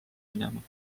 minema